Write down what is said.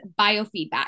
biofeedback